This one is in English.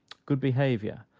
good behaviour,